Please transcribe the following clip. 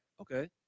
Okay